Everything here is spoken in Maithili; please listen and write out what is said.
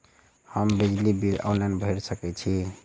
हम बिजली बिल ऑनलाइन भैर सकै छी?